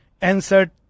answered